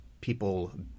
people